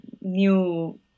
new